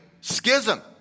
Schism